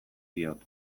diot